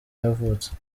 yavutse